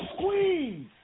Squeeze